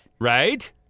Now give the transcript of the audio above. Right